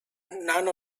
none